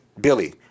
Billy